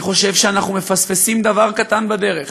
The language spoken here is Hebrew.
אני חושב שאנחנו מפספסים דבר קטן בדרך.